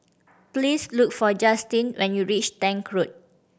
please look for Justyn when you reach Tank Road